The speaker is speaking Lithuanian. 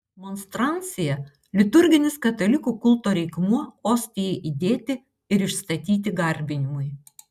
monstrancija liturginis katalikų kulto reikmuo ostijai įdėti ir išstatyti garbinimui